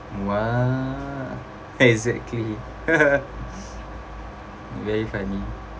mm what exactly very funny